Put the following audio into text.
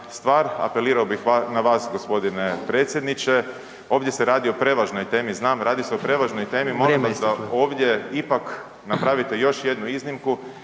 apelirao bih na vas, g. predsjedniče, ovdje se radi o prevažnoj temi, znam, radi se o prevažnoj temi, molim .../Upadica: Vrijeme./... vas da ovdje ipak napravite još jednu iznimku